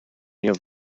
near